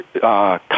come